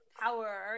power